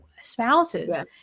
spouses